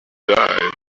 die